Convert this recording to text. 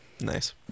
Nice